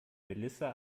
melissa